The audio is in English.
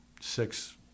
six